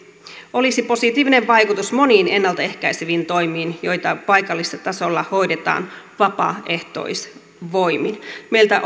olisi positiivinen vaikutus moniin ennalta ehkäiseviin toimiin joita paikallistasolla hoidetaan vapaaehtoisvoimin meiltä